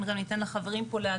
ניתן לחברים פה להגיב.